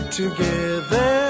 together